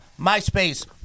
MySpace